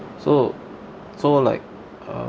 so so like uh